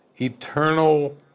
eternal